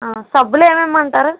సబ్బులు ఏమి ఇవ్వమంటారు